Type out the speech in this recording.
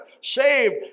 saved